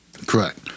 Correct